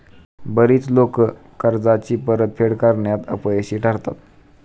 बरीच लोकं कर्जाची परतफेड करण्यात अपयशी ठरतात